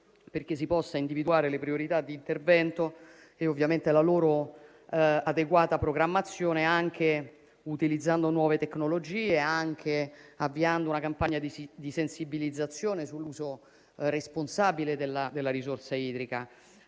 perché si possano individuare le priorità di intervento e la loro adeguata programmazione, anche utilizzando nuove tecnologie e avviando una campagna di sensibilizzazione sull'uso responsabile della risorsa idrica.